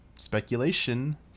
speculation